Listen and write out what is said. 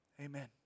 Amen